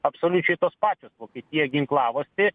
absoliučiai tos pačios vokietija ginklavosi